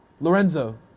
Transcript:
Lorenzo